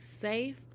safe